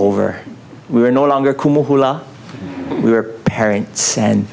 over we were no longer cool hula we were parents and